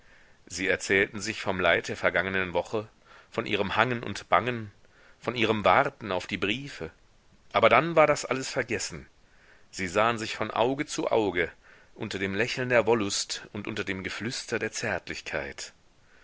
sie erzählten sich vom leid der vergangenen woche von ihrem hangen und bangen von ihrem warten auf die briefe aber dann war das alles vergessen sie sahen sich von auge zu auge unter dem lächeln der wollust und unter dem geflüster der zärtlichkeit